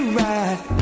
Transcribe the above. right